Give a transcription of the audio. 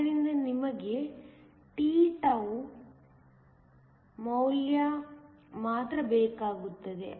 ಆದ್ದರಿಂದ ನಿಮಗೆ T𝛕 ಮೌಲ್ಯ ಮಾತ್ರ ಬೇಕಾಗುತ್ತದೆ